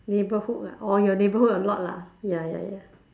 neighborhood lah orh your neighborhood a lot lah ya ya ya